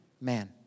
man